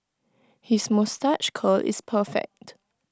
his moustache curl is perfect